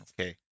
Okay